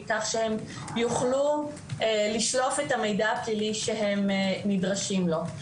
כך הם יוכלו לשלוף את המידע הפלילי שהם נדרשים לו.